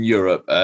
Europe